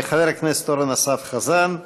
חבר הכנסת אורן אסף חזן,